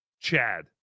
Chad